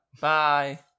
Bye